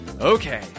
Okay